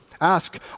Ask